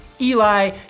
Eli